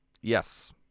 Yes